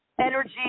energy